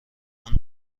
اون